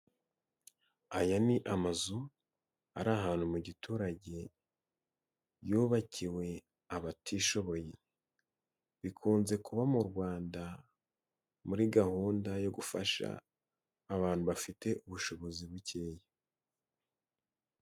Aya ni amazu ari ahantu mu giturage yubakiwe abatishoboye, bikunze kuba mu Rwanda muri gahunda yo gufasha abantu bafite ubushobozi bukeya.